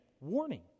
warning